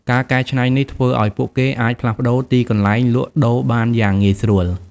ការកែច្នៃនេះ ធ្វើឱ្យពួកគេអាចផ្លាស់ប្តូរទីកន្លែងលក់ដូរបានយ៉ាងងាយស្រួល។